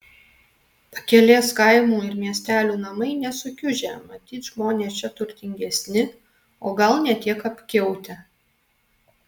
pakelės kaimų ir miestelių namai nesukiužę matyt žmonės čia turtingesni o gal ne tiek apkiautę